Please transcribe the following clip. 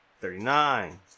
thirty-nine